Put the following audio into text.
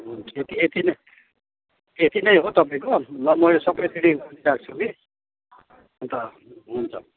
हुन्छ यति यति नै यति नै हो तपाईँको ल म यो सबै रेडी गरिदिइराख्छु कि अन्त हुन्छ